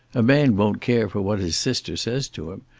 a man won't care for what his sister says to him.